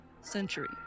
century